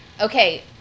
okay